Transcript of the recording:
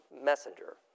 messenger